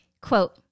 Quote